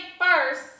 first